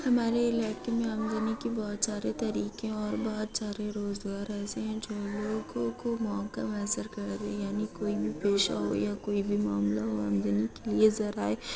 ہمارے علاقے میں آمدنی کے بہت سارے طریقے ہیں اور بہت سارے روزگار ایسے ہیں جو لوگوں کو موقع میسر کر رہی ہے یعنی کوئی پیشہ ہو یا کوئی بھی معاملہ ہو آمدنی کے لیے ذرائع